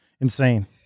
insane